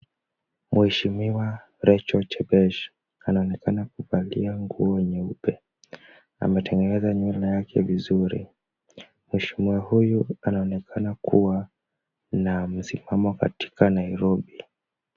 Mheshimiwa Rachel Chembesh anaonekana kuvalia nguo nyeupe. Ametengeneza nywele yake vizuri. Mheshimiwa huyu anaonekana kuwa na msimamo katika Nairobi.